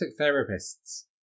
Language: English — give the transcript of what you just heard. therapists